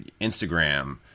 Instagram